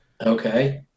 okay